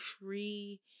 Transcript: free